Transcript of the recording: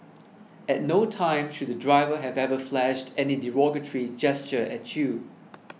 at no time should the driver have ever flashed any derogatory gesture at you